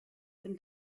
dem